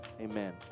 Amen